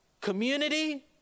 community